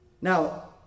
Now